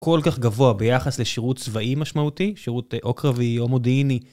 כל כך גבוה ביחס לשירות צבאי משמעותי, שירות או קרבי או מודיעיני.